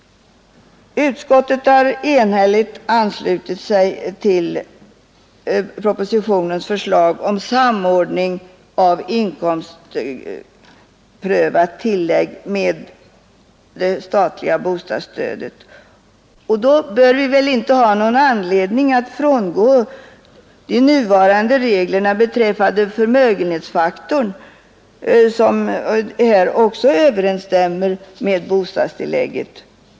Utskottet har enhälligt anslutit sig till propositionens förslag om samordning av inkomstprövat tillägg med det statliga bostadsstödet, och då bör vi inte ha någon anledning att frångå de nuvarande reglerna beträffande förmögenhetsfaktorn som också överensstämmer med de regler som tillämpas vid prövning av bostadstillägget.